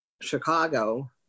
Chicago